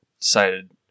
decided